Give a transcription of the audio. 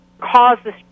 causes